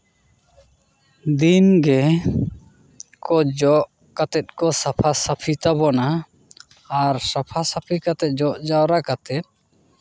ᱫᱤᱱ ᱜᱮ ᱠᱚ ᱡᱚᱜ ᱠᱟᱛᱮᱫ ᱠᱚ ᱥᱟᱯᱷᱟ ᱥᱟᱹᱯᱷᱤ ᱛᱟᱵᱳᱱᱟ ᱟᱨ ᱥᱟᱯᱷᱟ ᱥᱟᱹᱯᱷᱤ ᱠᱟᱛᱮᱫ ᱡᱚᱜ ᱡᱟᱣᱨᱟ ᱠᱟᱛᱮᱫ